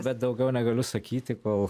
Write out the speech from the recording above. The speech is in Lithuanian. bet daugiau negaliu sakyti kol